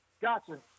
gotcha